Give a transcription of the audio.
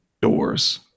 doors